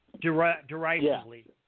derisively